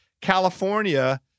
California